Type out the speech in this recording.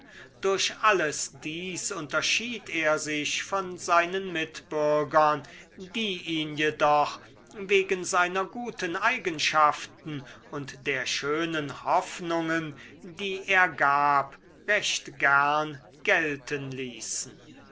durch alles dies unterschied er sich von seinen mitbürgern die ihn jedoch wegen seiner guten eigenschaften und der schönen hoffnungen die er gab recht gern gelten ließen